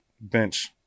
bench